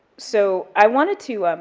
so i wanted to.